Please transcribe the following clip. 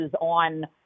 on